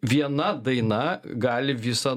viena daina gali visą